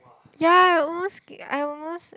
ya I almost I almost